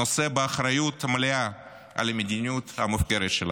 נושא באחריות מלאה על המדיניות המופקרת שלה.